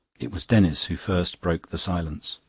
it was denis who first broke the silence.